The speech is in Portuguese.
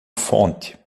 fonte